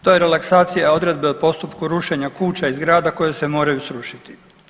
To je relaksacija odredbe o postupku rušenja kuća i zgrada koje se moraju srušiti.